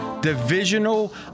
Divisional